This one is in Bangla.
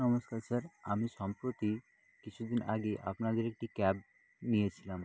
নমস্কার স্যার আমি সম্প্রতি কিছু দিন আগে আপনাদের একটি ক্যাব নিয়েছিলাম